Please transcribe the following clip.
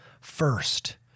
first